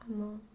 ଆମ